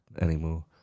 anymore